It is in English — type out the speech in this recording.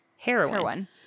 heroin